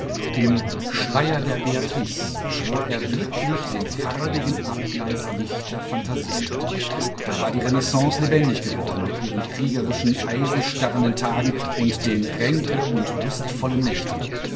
im schleier der beatrice beschwor er wirklich den farbigen abglanz lichter phantasiewelten da war die renaissance lebendig geworden mit ihren kriegerischen eisenstarrenden tagen und den ränke und lustvollen nächten